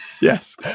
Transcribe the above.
Yes